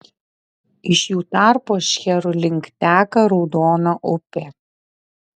iš jų tarpo šcherų link teka raudona upė